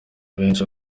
benshi